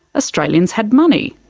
australians had money,